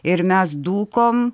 ir mes dūkom